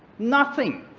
nothing.